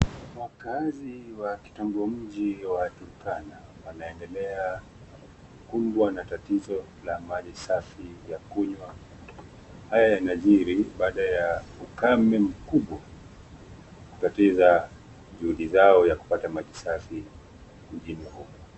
Wakaazi wa kitongomji wa Turkana wameendelea kukumbwa na tatizo la maji safi ya kunywa. Haya yanajiri baada ya ukame mkubwa kutatiza juhudi zao ya kupata maji safi mjini humo.